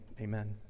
Amen